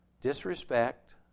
disrespect